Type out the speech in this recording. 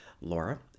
Laura